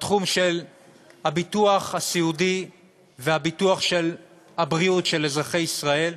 בתחום הביטוח הסיעודי וביטוח הבריאות של אזרחי ישראל,